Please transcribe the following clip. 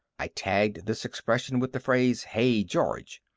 i tagged this expression with the phrase, hey, george!